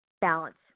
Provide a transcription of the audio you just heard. Balance